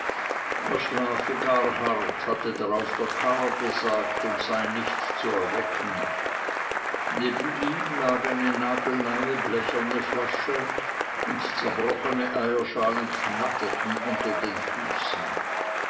hatte darauf der karrer gesagt und sei nicht zu erwecken neben ihm lag eine nagelneue blecherne flasche und zerbrochene eierschalen knatterten unter den füßen